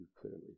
clearly